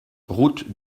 route